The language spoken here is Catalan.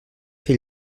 fer